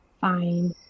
Fine